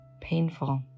Painful